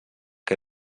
que